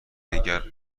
دیگر